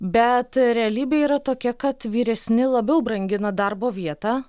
bet realybė yra tokia kad vyresni labiau brangina darbo vietą